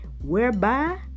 whereby